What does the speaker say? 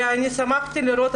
שמחתי לראות,